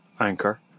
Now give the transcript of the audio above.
Anchor